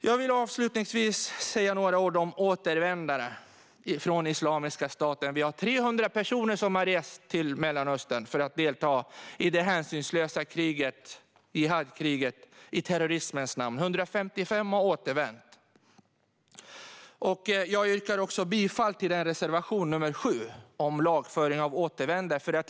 Jag vill avslutningsvis säga några ord om återvändare från Islamiska staten. Vi har 300 personer som har rest till Mellanöstern för att delta i det hänsynslösa jihadkriget i terrorismens namn. 155 har återvänt. Jag yrkar bifall till reservation 7, om lagföring av återvändare.